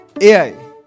AI